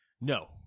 No